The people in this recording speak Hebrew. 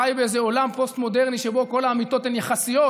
חי באיזה עולם פוסט-מודרני שבו כל האמיתות הן יחסיות,